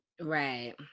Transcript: Right